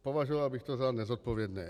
Považoval bych to za nezodpovědné.